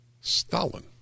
Stalin